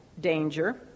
danger